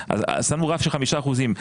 שמו רף של חמישה אחוזים.